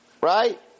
right